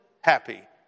happy